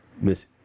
Miss